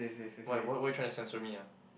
why why why trying to censor me ah